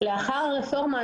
לאחר הרפורמה,